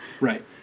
Right